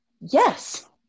yes